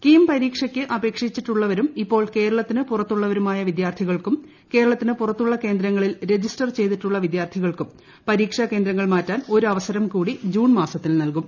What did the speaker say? കീം പരീക്ഷയ്ക്ക് അപേക്ഷിച്ചിട്ടുള്ളവരും ഇപ്പോൾ കേരളത്തിന് പുറത്തുള്ളവരുമായ വിദ്യാർത്ഥികൾക്കും കേരളത്തിന് പുറത്തുള്ള കേന്ദ്രങ്ങളിൽ രജിസ്റ്റർ ചെയ്തിട്ടുള്ള വിദ്യാർത്ഥികൾക്കും പരീക്ഷാ കേന്ദ്രങ്ങൾ മാറ്റാൻ ഒരു അവസരം കൂടി ജൂൺ മാസത്തിൽ നൽകും